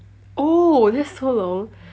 oh that's so long